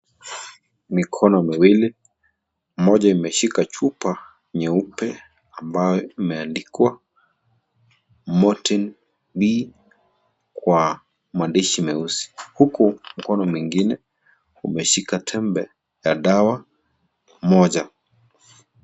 Mikono miliwi moja imeshika chupa nyeupe ambayo imeandikwa; motriwe kwa maandishi meusi huku mkono mwingine umeshika tembe ya dawa momja.